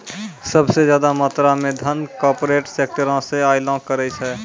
सभ से ज्यादा मात्रा मे धन कार्पोरेटे सेक्टरो से अयलो करे छै